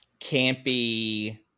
campy